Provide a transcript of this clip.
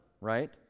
right